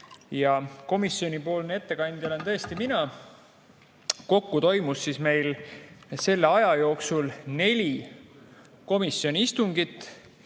Ja komisjonipoolne ettekandja olen tõesti mina. Kokku toimus meil selle aja jooksul neli komisjoni istungit.